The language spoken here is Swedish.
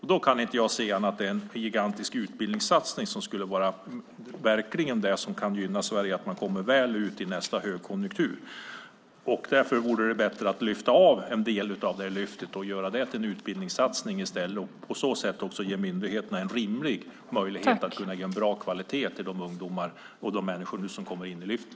Jag kan inte se annat än att en gigantisk utbildningssatsning är det som verkligen kan gynna Sverige så att man kommer väl ut i nästa högkonjunktur. Det vore därför bättra att lyfta av en del av Lyftet och göra en utbildningssatsning i stället. På så sätt ger man också myndigheterna en möjlighet att ge en bra kvalitet till de ungdomar och andra människor som nu kommer in i Lyftet.